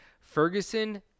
Ferguson